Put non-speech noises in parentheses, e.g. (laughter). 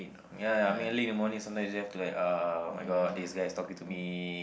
ya I mean early in the morning sometimes you have to like (noise) oh my god this guy is talking to me